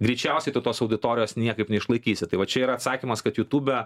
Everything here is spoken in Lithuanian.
greičiausiai tu tos auditorijos niekaip neišlaikysi tai va čia yra atsakymas kad jutube